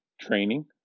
training